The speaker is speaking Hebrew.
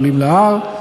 עולים להר.